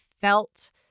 felt